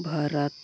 Bharat